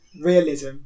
realism